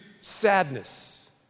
sadness